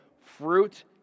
fruit